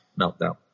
meltdown